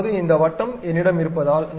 இப்போது இந்த வட்டம் என்னிடம் இருப்பதால்